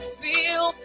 feel